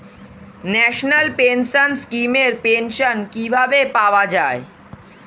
National pension scheme এর pension কিভাবে পাওয়া যায়?